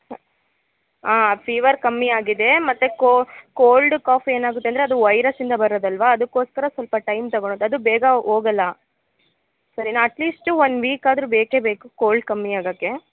ಹಾಂ ಫೀವರ್ ಕಮ್ಮಿ ಆಗಿದೆ ಮತ್ತೆ ಕೋಲ್ಡ್ ಕಾಫ್ ಏನಾಗುತ್ತೆ ಅಂದರೆ ಅದು ವೈರಸಿಂದ ಬರೋದಲ್ವ ಅದಕ್ಕೋಸ್ಕರ ಸ್ವಲ್ಪ ಟೈಮ್ ತಗೊಳುತ್ತೆ ಅದು ಬೇಗ ಹೋಗಲ್ಲ ಸರಿನಾ ಅಟ್ ಲೀಸ್ಟ್ ಒಂದು ವೀಕ್ ಆದರೂ ಬೇಕೇ ಬೇಕು ಕೋಲ್ಡ್ ಕಮ್ಮಿ ಆಗಕ್ಕೆ